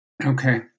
Okay